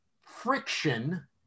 friction